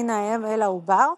מן האם אל העובר,